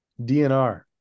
DNR